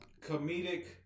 Comedic